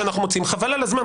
חבל על הזמן,